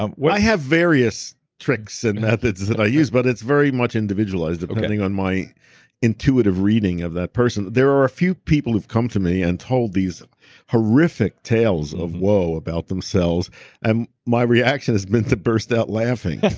um i have various tricks and methods that i use, but it's very much individualized depending on my intuitive reading of that person. there are a few people who've come to me and told these horrific tales of woe about themselves and my reaction has been to burst out laughing.